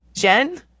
Jen